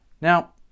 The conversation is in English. Now